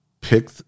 pick